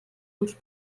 uns